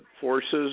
forces